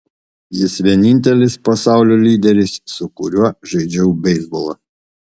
jis vienintelis pasaulio lyderis su kuriuo žaidžiau beisbolą